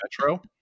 Metro